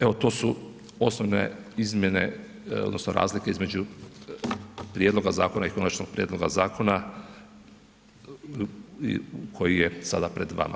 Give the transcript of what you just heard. Evo to su osnovne izmjene odnosno razlike između prijedloga zakona i konačnog prijedloga zakona koji je sada pred vama.